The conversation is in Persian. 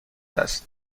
است